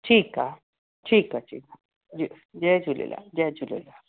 ठीक आहे ठीकु आहे ठीकु आहे जी जय झूलेलाल जय झूलेलाल